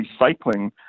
recycling